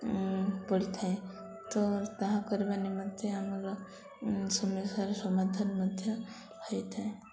ପଡ଼ିଥାଏ ତ ତାହା କରିବା ନିମନ୍ତେ ଆମର ସମସ୍ୟାର ସମାଧାନ ମଧ୍ୟ ହୋଇଥାଏ